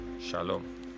Shalom